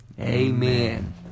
Amen